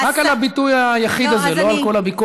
רק על הביטוי היחיד הזה, לא על כל הביקורת.